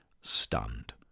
stunned